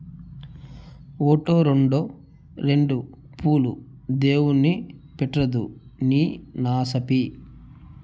ఓటో, రోండో రెండు పూలు దేవుడిని పెట్రాదూ నీ నసాపి